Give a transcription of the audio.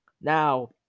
Now